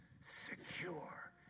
secure